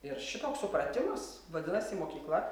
ir šitoks supratimas vadinasi mokykla